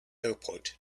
airport